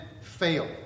fail